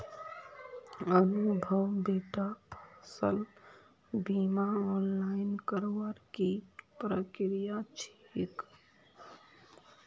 अनुभव बेटा फसल बीमा ऑनलाइन करवार की प्रक्रिया छेक